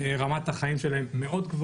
רמת החיים שלהם עולה מאוד,